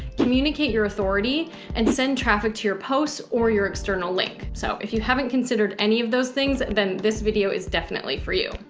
communicate your authority and send traffic to your posts or your external link. so if you haven't considered any of those things, then this video is definitely for you.